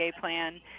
plan